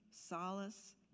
solace